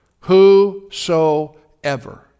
whosoever